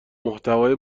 محتوای